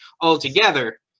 altogether